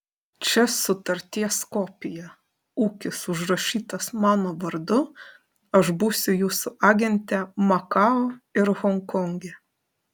čia sutarties kopija ūkis užrašytas mano vardu aš būsiu jūsų agentė makao ir honkonge